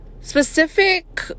specific